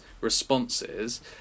responses